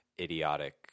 idiotic